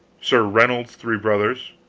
sir reynold's three brothers,